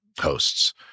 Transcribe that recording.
hosts